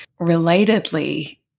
Relatedly